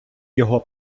його